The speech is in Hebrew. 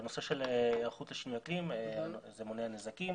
בנושא של היערכות לשינוי אקלים זה מונע נזקים.